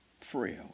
frail